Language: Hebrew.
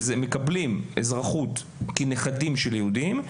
שמקבלים אזרחות כי הם נכדים של יהודים,